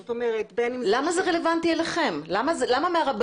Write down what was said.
זאת אומרת בין אם זה --- למה זה רלוונטי אליכם?